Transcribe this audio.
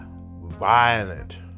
violent